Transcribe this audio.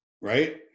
Right